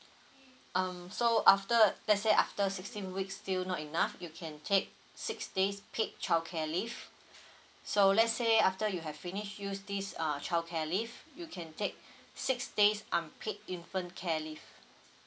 um so after let's say after sixteen weeks still not enough you can take six days paid childcare leave so let's say after you have finished use this uh childcare leave you can take six days unpaid infant care leave